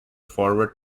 forward